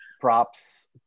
props